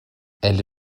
elle